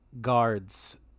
guards